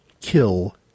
kill